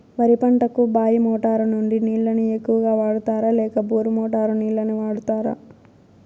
వరి పంటకు బాయి మోటారు నుండి నీళ్ళని ఎక్కువగా వాడుతారా లేక బోరు మోటారు నీళ్ళని వాడుతారా?